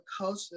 culture